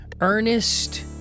Ernest